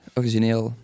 origineel